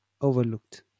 overlooked